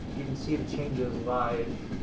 you can see the changes live